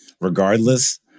regardless